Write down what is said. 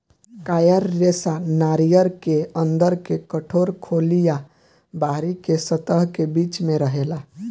coir रेशा नारियर के अंदर के कठोर खोली आ बाहरी के सतह के बीच में रहेला